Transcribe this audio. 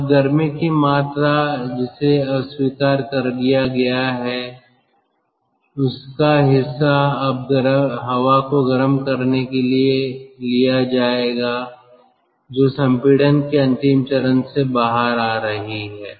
अब गर्मी की मात्रा जिसे अस्वीकार कर दिया गया है इसका हिस्सा अब हवा को गर्म करने के लिए लिया जाएगा जो संपीड़न के अंतिम चरण से बाहर आ रही है